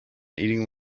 eating